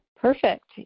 Perfect